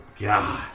God